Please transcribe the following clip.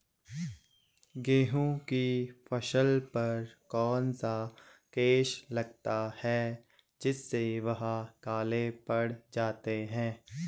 गेहूँ की फसल पर कौन सा केस लगता है जिससे वह काले पड़ जाते हैं?